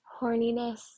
Horniness